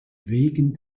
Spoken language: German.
wegen